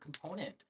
component